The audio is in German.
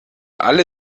alle